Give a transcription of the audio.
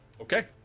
Okay